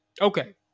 okay